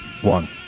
One